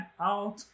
out